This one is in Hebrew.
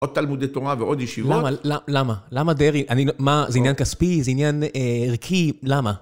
עוד תלמודי תורה ועוד ישיבות. למה? למה דרעי? אני לא, מה? זה עניין כספי? זה עניין ערכי? למה?